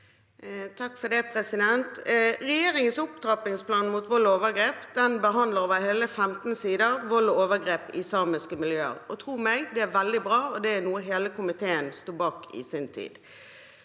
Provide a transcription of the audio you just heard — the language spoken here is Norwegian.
(FrP) Regjeringens opp- trappingsplan mot vold og overgrep behandler over hele 15 sider vold og overgrep i samiske miljøer, og tro meg – det er veldig bra, og det er noe hele komiteen sto bak i sin tid.